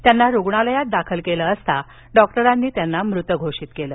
त्यांना रुग्णालयात दाखल केलं असता डॉक्टरांनी त्यांना मृत घोषित केलं